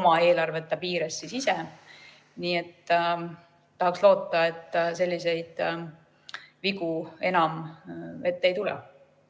oma eelarve piires. Nii et tahaks loota, et selliseid vigu enam ette ei tule.